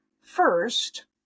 first